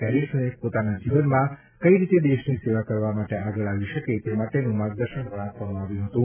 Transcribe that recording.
કેડેટર્સને પોતાના જીવનમાં કઈ રીતે દેશની સેવા કરવા માટે આગળ આવી શકે તે માટેનું માર્ગદર્શન પણ આપવામાં આવ્યું હતું